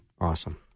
Awesome